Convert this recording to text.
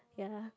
ya